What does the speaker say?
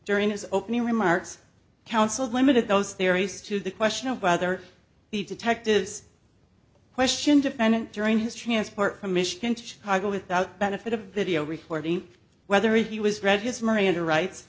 during his opening remarks counsel limited those theories to the question of whether the detectives questioned defendant during his transport from michigan to chicago without benefit of video recording whether he was r